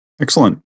Excellent